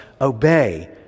obey